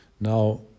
Now